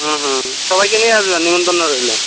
হুম হুম সবাইকে নিয়ে আসবেন নেমন্তন্ন রইলো